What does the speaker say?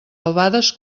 albades